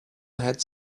had